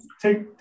Take